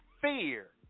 fear